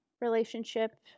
relationship